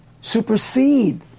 supersede